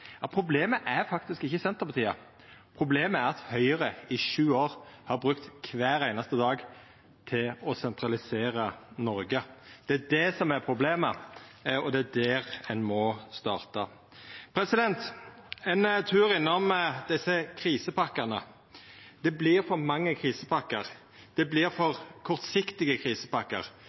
problemet er faktisk ikkje Senterpartiet, problemet er at Høgre i sju år har brukt kvar einaste dag til å sentralisera Noreg. Det er det som er problemet, og det er der ein må starta. Eg må ein tur innom krisepakkane. Det vert for mange krisepakkar, det vert for kortsiktige